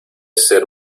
ser